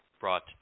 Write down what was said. brought